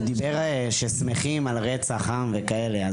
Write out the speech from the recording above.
הוא דיבר ששמחים על רצח עם וכאלה.